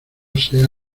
sea